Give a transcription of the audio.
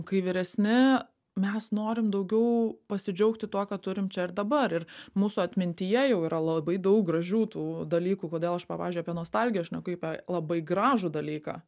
kai vyresni mes norim daugiau pasidžiaugti tuo ką turim čia ir dabar ir mūsų atmintyje jau yra labai daug gražių tų dalykų kodėl aš va pavyzdžiui apie nostalgiją šneku kaip apie labai gražų dalyką